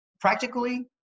Practically